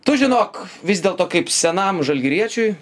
tu žinok vis dėl to kaip senam žalgiriečiui